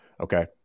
Okay